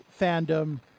fandom